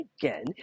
again